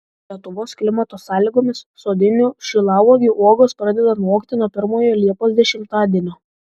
lietuvos klimato sąlygomis sodinių šilauogių uogos pradeda nokti nuo pirmojo liepos dešimtadienio